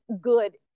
good